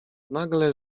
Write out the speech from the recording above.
nagle